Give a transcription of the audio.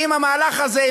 עם המהלך הזה,